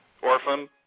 Orphan